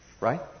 Right